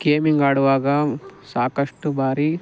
gaming ಆಡುವಾಗ ಸಾಕಷ್ಟು ಬಾರಿ